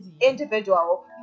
individual